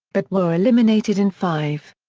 but were eliminated in five.